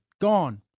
gone